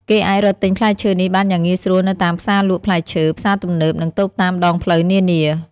គេអាចរកទិញផ្លែឈើនេះបានយ៉ាងងាយស្រួលនៅតាមផ្សារលក់ផ្លែឈើ ផ្សារទំនើប និងតូបតាមដងផ្លូវនានា។